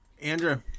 Andrew